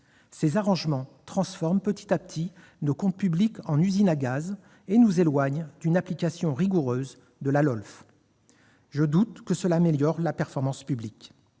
Ces arrangements transforment petit à petit nos comptes publics en usine à gaz et nous éloignent d'une application rigoureuse de la LOLF. Je doute que cela améliore la performance publique